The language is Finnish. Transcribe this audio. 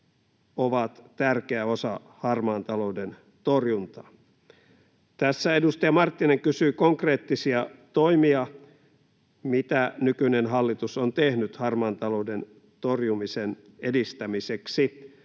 ovat tärkeä osa harmaan talouden torjuntaa. Edustaja Marttinen kysyi konkreettisia toimia, mitä nykyinen hallitus on tehnyt harmaan talouden torjumisen edistämiseksi.